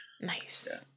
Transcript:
Nice